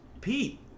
pete